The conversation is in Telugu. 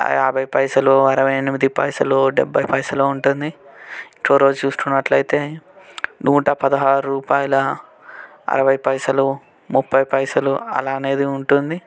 యాభై పైసలు అరవై ఎనిమిది పైసలు డెబ్బై పైసలు ఉంటుంది ఇంకో రోజు చూసుకున్నట్లయితే నూట పదహారు రూపాయల అరవై పైసలు ముప్పై పైసలు అలా అనేది ఉంటుంది